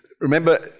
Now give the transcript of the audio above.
remember